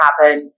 happen